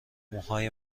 موهای